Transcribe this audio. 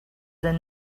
and